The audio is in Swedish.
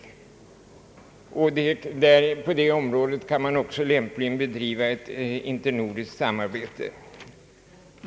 På det området kan man lämpligen också bedriva ett internordiskt samarbete.